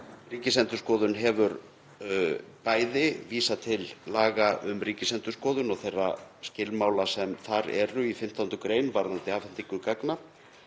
Ríkisendurskoðun hefur bæði vísað til laga um Ríkisendurskoðun og þeirra skilmála sem þar eru í 15. gr. varðandi afhendingu gagna.